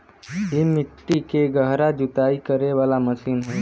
इ मट्टी के गहरा जुताई करे वाला मशीन हौ